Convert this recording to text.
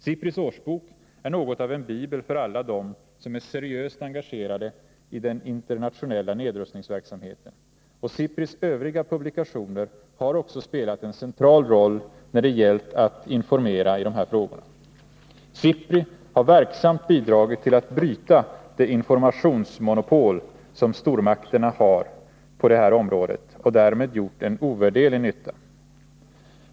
SIPRI:s årsbok är något av en bibel för alla dem som är seriöst engagerade i den internationella nedrustningsverksamheten, och SIPRI:s övriga publikationer har också spelat en central roll när det gällt att informera i dessa frågor. SIPRI har verksamt bidragit till att bryta det informationsmonopol som stormakterna har på det här området och har därmed gjort ovärderlig nytta.